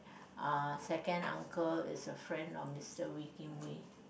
uh second uncle is a friend of Mister Wee-Kim-Wee